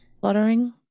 fluttering